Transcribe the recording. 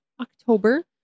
October